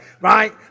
right